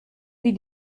wie